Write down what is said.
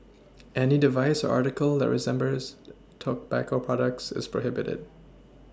any device or article that resembles tobacco products is prohibited